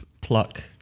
pluck